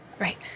Right